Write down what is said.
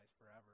forever